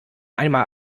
einmal